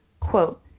Quote